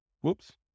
Whoops